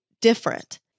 different